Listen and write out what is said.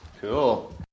Cool